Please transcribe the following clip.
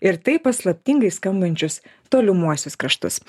ir taip paslaptingai skambančius tolimuosius kraštus